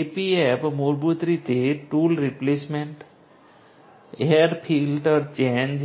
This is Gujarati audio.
AP એપ મૂળભૂત રીતે tool replacement air filter change